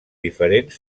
diferents